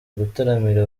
gutaramira